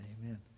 Amen